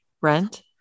rent